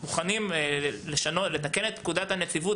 אנחנו מוכנים לשנות את פקודת הנציבות